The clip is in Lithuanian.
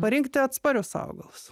parinkti atsparius augalus